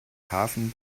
hafen